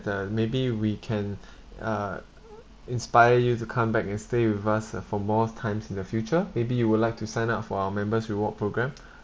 uh maybe we can uh inspire you to come back and stay with us ah for more times in the future maybe you would like to sign up for our members reward program